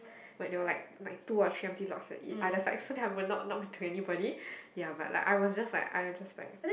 when it was like like two option empty lot at it others side was not not to have anybody ya but I was just like I was just like